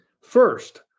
First